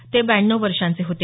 ते ब्याण्णव वर्षांचे होते